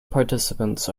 participants